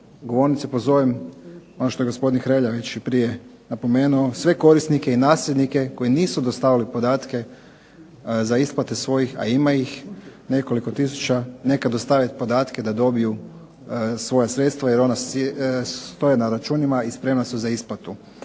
govornice pozovem, ono što je gospodin Hrelja već i prije napomenuo, sve korisnike i nasljednike koji nisu dostavili podatke za isplate svojih, a ima ih nekoliko tisuća, neka dostave podatke da dobiju svoja sredstva jer ona stoje na računima i spremna su za isplatu